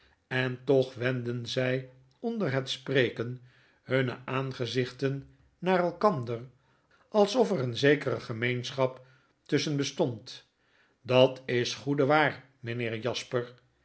en toch wenden zy onder het spreken hunne aangezichten naar elkander alsof er een zekere gemeenschap tusschen bestond w dat is goede waar meneer jasper